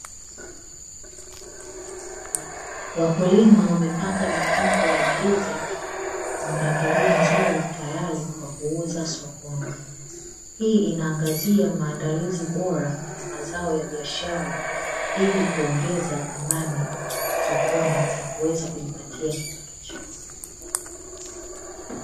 Wakulima wamepanga mikungu ya ndizi kwa mpangilio mzuri tayari kwa kuuza sokoni, hii inaangazia maandalizi bora ya mazao ya biashara ili kuongeza thamani sokoni na kuweza kujipatia kipato chao.